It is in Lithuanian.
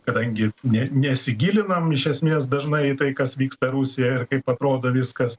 kadangi nė nesigilinam iš esmės dažnai į tai kas vyksta rusijoj ir kaip atrodo viskas